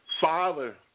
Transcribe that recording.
Father